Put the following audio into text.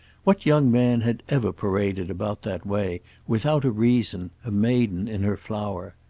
what young man had ever paraded about that way, without a reason, a maiden in her flower?